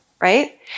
right